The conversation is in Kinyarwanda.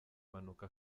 mpanuka